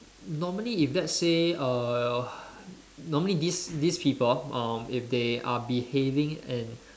normally if let's say uh normally these these people um if they are behaving and